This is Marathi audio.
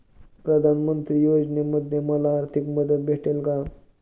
प्रधानमंत्री योजनेमध्ये मला आर्थिक मदत भेटेल का?